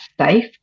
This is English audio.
safe